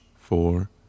four